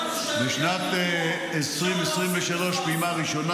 כבוד השר, הבנו --- בשנת 2023, פעימה ראשונה.